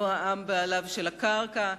לא העם בעליו של הקרקע,